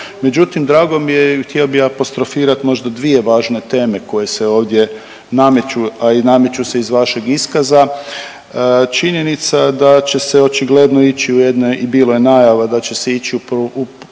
Međutim, drago mi je i htio bi apostrofirat možda dvije važne teme koje se ovdje nameću, a i nameću se iz vašeg iskaza, činjenica da će se očigledno ići u jedne i bilo je najava da će se ići u